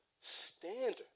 standard